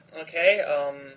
Okay